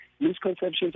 misconceptions